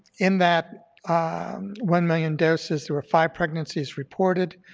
in that one million doses there were five pregnancies reported,